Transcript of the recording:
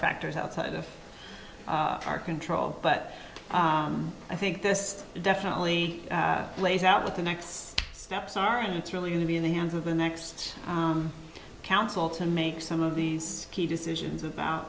factors outside of our control but i think this definitely plays out what the next steps are and it's really going to be in the hands of the next council to make some of these key decisions about